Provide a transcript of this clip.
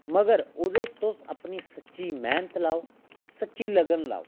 मगर ओह्दे च तुस अपनी सच्ची मैह्नत लाओ सच्ची लगन लाओ